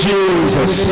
Jesus